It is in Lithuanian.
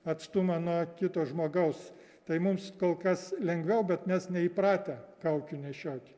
atstumą nuo kito žmogaus tai mums kol kas lengviau bet mes neįpratę kaukių nešioti